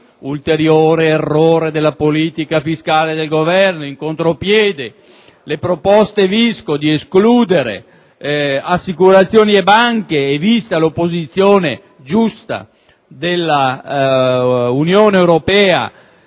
ulteriore errore della politica fiscale del Governo presa in contropiede. Le proposte Visco di escludere assicurazioni e banche hanno visto l'opposizione giusta dell'Unione Europea